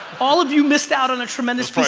all of you missed out on a tremendous